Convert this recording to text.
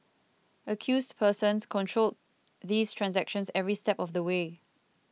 accused persons controlled these transactions every step of the way